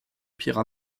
pierres